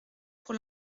pour